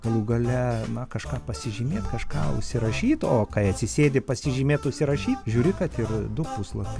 galų gale na kažką pasižymėt kažką užsirašyt o kai atsisėdi pasižymėt užsirašyt žiūri kad yra du puslapiai